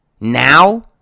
Now